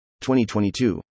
2022